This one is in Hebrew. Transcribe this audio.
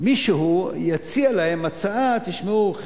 מישהו יציע להם הצעה: תשמעו,